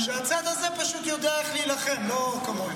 שהצד הזה פשוט יודע איך להילחם, לא כמוהם.